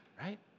right